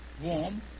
warm